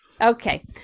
Okay